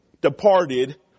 departed